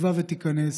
בתקווה שתיכנס